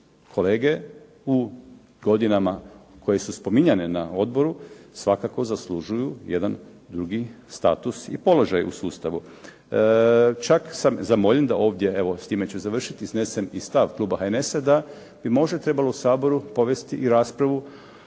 Kolege, u godinama koje su spominjane na odboru svakako zaslužuju jedan drugi status i položaj u sustavu. Čak sam zamoljen da ovdje, evo s time ću završiti, iznesem i stav kluba HNS-a da bi možda trebalo u Saboru povesti i raspravu